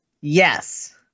Yes